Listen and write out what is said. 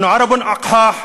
(אומר בערבית: אנחנו ערבים מקדמת דנא),